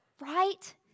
Right